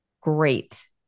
great